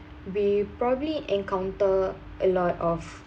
we probably encounter a lot of